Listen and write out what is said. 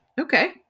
Okay